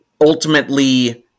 ultimately